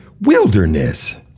wilderness